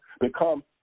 become